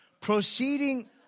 proceeding